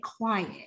quiet